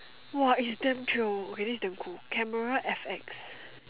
!wah! it's damn chio okay it is damn cool camera F X